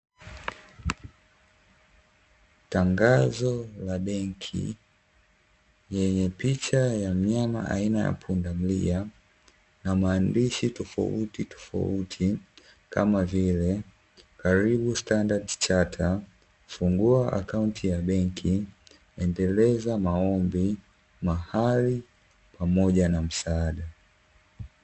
Tangazo la benki lenye picha ya mnyama aina ya pundamilia na maandishi tofauti tofauti, kama vile karibu "Standards Chatter", fungua akaunti ya benki, endeleza maombi, mahali pamoja na msaada.